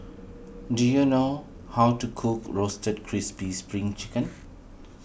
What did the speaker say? do you know how to cook Roasted Crispy Spring Chicken